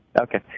Okay